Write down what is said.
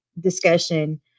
discussion